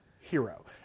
hero